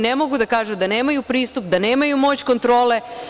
Ne mogu da kažu da nemaju pristup, da nemaju moć kontrole.